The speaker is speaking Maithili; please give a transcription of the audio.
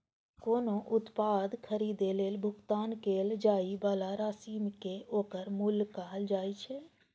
कोनो उत्पाद खरीदै लेल भुगतान कैल जाइ बला राशि कें ओकर मूल्य कहल जाइ छै